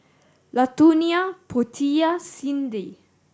Latonia Portia Cyndi